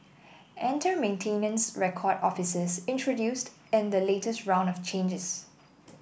enter maintenance record officers introduced in the latest round of changes